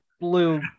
blue